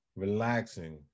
Relaxing